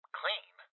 clean